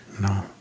No